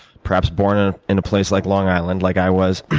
perhaps born ah in a place like long island like i was.